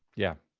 yeah,